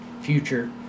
future